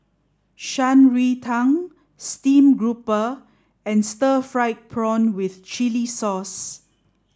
Shan Rui Tang Stream Grouper and Stir Fried Prawn with Chili Sauce